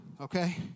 okay